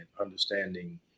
understanding